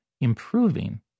improving